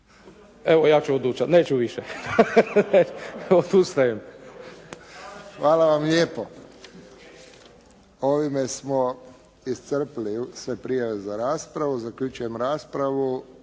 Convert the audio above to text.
Evo, ja ću odustati, neću više. Odustajem. **Friščić, Josip (HSS)** Hvala vam lijepo. Ovime smo iscrpili sve prijave za raspravu. Zaključujem raspravu.